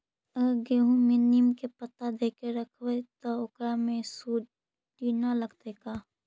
अगर गेहूं में नीम के पता देके यखबै त ओकरा में सुढि न लगतै का?